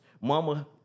mama